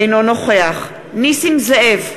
אינו נוכח נסים זאב,